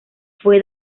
fue